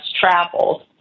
traveled